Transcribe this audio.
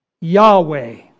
Yahweh